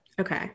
okay